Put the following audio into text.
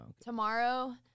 tomorrow